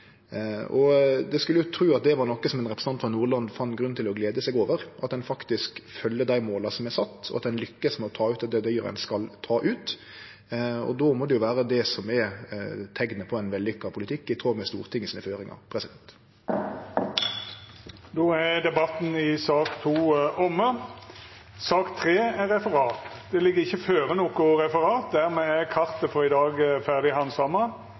det var noko som representanten frå Nordland fann grunn til å glede seg over, at ein faktisk følgjer dei måla som er sette, og at ein lukkast med å ta ut dei dyra ein skal ta ut. Då må det vere det som er teiknet på ein vellukka politikk i tråd med Stortingets føringar. Då er sak nr. 2 over. Det ligg ikkje føre noko referat. Dermed er kartet for i dag ferdig handsama.